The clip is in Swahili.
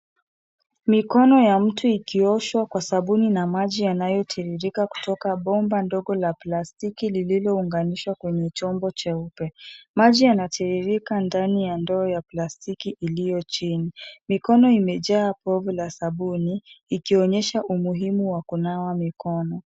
Mikono ya mtu ikioshwa kwa sabuni na maji yanayotiririka kutoka bomba ngogo la plastiki lililounganishwa kwenye chombo cheupe. Maji yanatiririka ndani ya ndoo ya plastiki iliyo chini. Mikono imejaa povu la sabuni, ikionyesha umuhimu wa kunawa mikono.